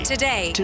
Today